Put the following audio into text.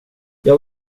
jag